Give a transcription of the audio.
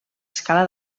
escala